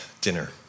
dinner